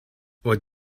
what